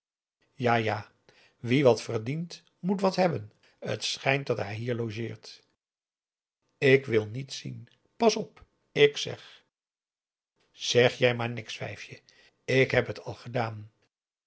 ja ja wie wat verdient moet wat hebben t schijnt dat hij hier logeert ik wil niet zien pas op ik zeg zeg jij maar niks wijfje ik heb het al gedaan